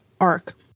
arc